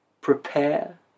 prepare